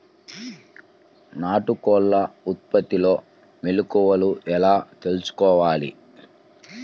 నాటుకోళ్ల ఉత్పత్తిలో మెలుకువలు ఎలా తెలుసుకోవాలి?